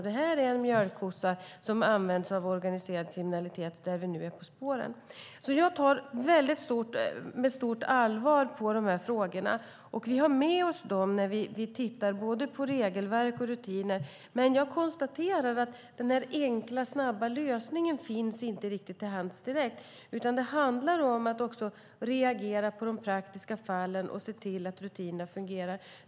Det här är en mjölkkossa som används i organiserad kriminalitet, som vi nu är på spåren. Jag ser med stort allvar på de här frågorna, och vi har med oss dem när vi tittar på både regelverk och rutiner. Men jag konstaterar att den enkla och snabba lösningen inte riktigt finns till hands direkt. Det handlar om att också reagera på de praktiska fallen och se till att rutinerna fungerar.